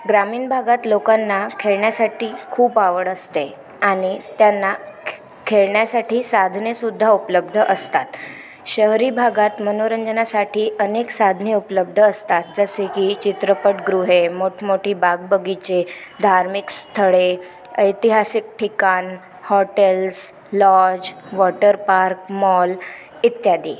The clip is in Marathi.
ग्रामीण भागात लोकांना खेळण्यासाठी खूप आवड असते आणि त्यांना खेळण्यासाठी साधने सुद्धा उपलब्ध असतात शहरी भागात मनोरंजनासाठी अनेक साधने उपलब्ध असतात जसे की चित्रपट गृहे मोठमोठी बागबगीचे धार्मिक स्थळे ऐतिहासिक ठिकाण hotels lodge water park mall इत्यादी